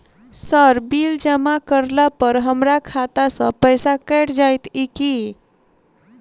Sir bill जमा करला पर हमरा खाता सऽ पैसा कैट जाइत ई की?